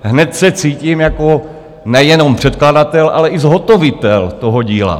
Hned se cítím jako nejenom předkladatel, ale i zhotovitel toho díla.